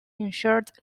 injured